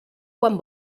quan